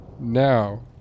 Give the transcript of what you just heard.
now